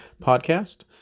podcast